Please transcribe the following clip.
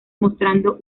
mostrando